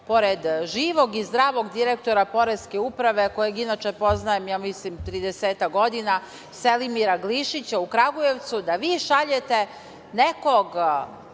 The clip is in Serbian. pored živog i zdravog direktora Poreske uprave, kojeg inače poznajem tridesetak godina, Selimira Glišića, u Kragujevcu, da vi šaljete nekog